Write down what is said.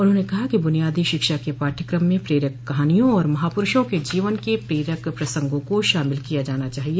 उन्होंने कहा कि ब्रनियादी शिक्षा के पाठ्यक्रम में प्रेरक कहानियों और महापुरूषों के जीवन के प्रेरक प्रसंगों को शामिल किया जाना चाहिए